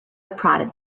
prodded